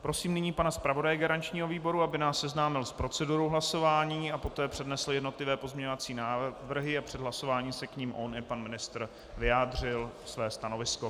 Prosím nyní pana zpravodaje garančního výboru, aby nás seznámil s procedurou hlasování a poté přednesl jednotlivé pozměňovací návrhy a před hlasováním k nim on i pan ministr vyjádřil své stanovisko.